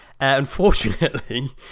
Unfortunately